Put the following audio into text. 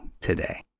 today